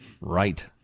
Right